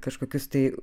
kažkokius tai